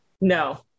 No